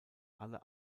alle